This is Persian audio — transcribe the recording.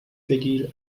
بگیر